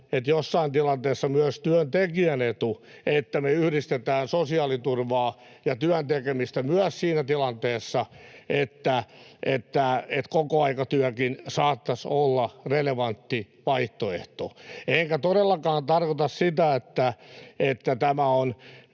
että joissain tilanteissa myös työntekijän etu, että me yhdistetään sosiaaliturvaa ja työntekemistä myös siinä tilanteessa, että kokoaikatyökin saattaisi olla relevantti vaihtoehto. Enkä todellakaan tarkoita sitä, että tämä on